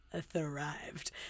thrived